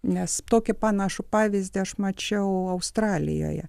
nes tokį panašų pavyzdį aš mačiau australijoje